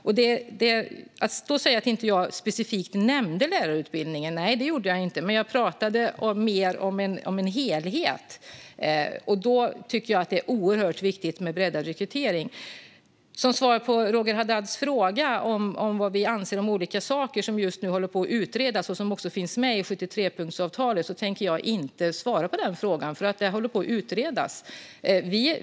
Det stämmer att jag inte specifikt nämnde lärarutbildningen, men jag talade om en helhet. Jag tycker att det är oerhört viktigt med breddad rekrytering. Roger Haddad frågade vad vi anser om olika saker som just nu håller på att utredas och som även finns med i 73-punktsavtalet. Den frågan tänker jag inte svara på eftersom detta som sagt håller på att utredas.